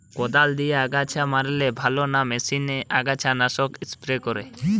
কদাল দিয়ে আগাছা মারলে ভালো না মেশিনে আগাছা নাশক স্প্রে করে?